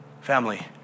Family